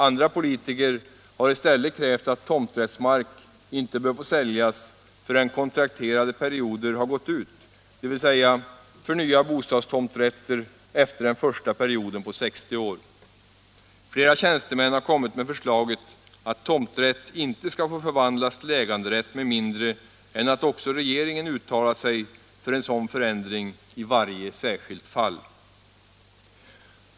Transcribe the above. Andra politiker har i stället krävt att tomträttsmark inte skall få säljas förrän kontrakterade perioder har gått ut, dvs. för nya bostadstomträtter efter den första perioden på 60 år. Flera tjänstemän har kommit med förslaget att tomträtt inte skall få förvandlas till äganderätt med mindre än att också regeringen uttalat sig för en sådan förändring i varje särskilt fall.